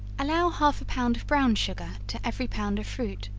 allow half a pound of brown sugar to every pound of fruit,